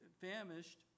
famished